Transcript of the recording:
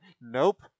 nope